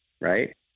right